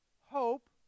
hope